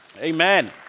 amen